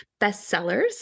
bestsellers